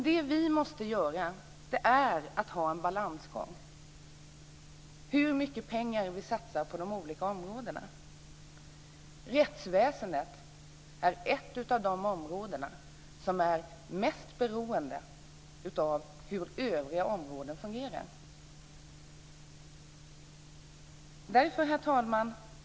Här måste vi ha en balansgång när det gäller hur mycket pengar som ska satsas på de olika områdena. Rättsväsendet är ett av de områden som är mest beroende av hur övriga områden fungerar.